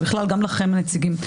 ובכלל גם לכם הנציגים.